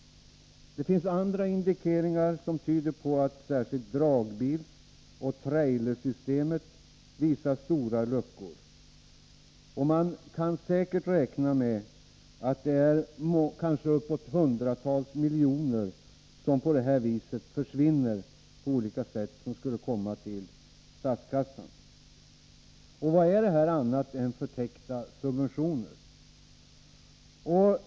Genom andra indikationer kan man befara att stora brister finns särskilt inom dragbilsoch trailersystemet. Man kan säkert räkna med att det rör sig om hundratals miljoner kronor som på detta sätt undandras statskassan. Vad är detta, om inte förtäckta subventioner?